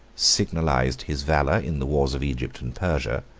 signalized his valor in the wars of egypt and persia,